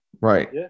right